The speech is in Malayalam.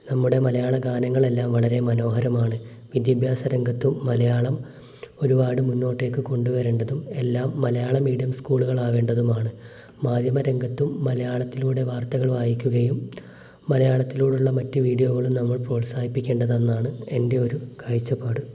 നമ്മുടെ മലയാള ഗാനങ്ങളെല്ലാം വളരെ മനോഹരമാണ് വിദ്യഭ്യാസ രംഗത്തും മലയാളം ഒരുപാട് മുന്നോട്ടേക്ക് കൊണ്ടുവരേണ്ടതും എല്ലാം മലയാളം മീഡിയം സ്കൂളുകളാവേണ്ടതുമാണ് മാധ്യമ രംഗത്തും മലയാളത്തിലൂടെ വാർത്തകൾ വായിക്കുകയും മലയാളത്തിലൂടുള്ള മറ്റ് വീഡിയോകളും നമ്മൾ പ്രോത്സാഹിപ്പിക്കേണ്ടതെന്നാണ് എൻ്റെ ഒരു കാഴ്ച്ചപ്പാട്